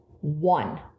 one